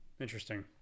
Interesting